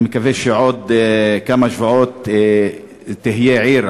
אני מקווה שבעוד כמה שבועות היא תהיה עיר,